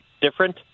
different